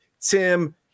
Tim